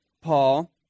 Paul